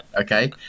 okay